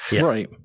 Right